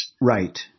Right